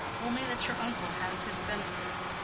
only that your uncle has his benefice,